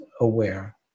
aware